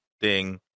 ding